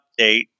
update